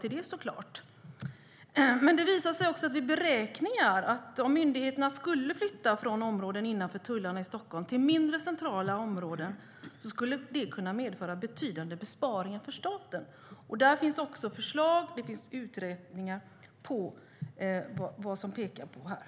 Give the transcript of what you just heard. Men det har också visat sig vid beräkningar att om myndigheterna skulle flytta från områden innanför tullarna i Stockholm till mindre centrala områden skulle det medföra betydande besparingar för staten. Där finns också förslag och uträkningar som pekar på detta.